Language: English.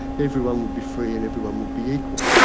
everyone would be free and everyone would be equal.